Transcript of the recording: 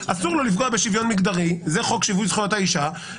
אסור לו לפגוע בשוויון מגדרי זה חוק שיווי זכויות האישי,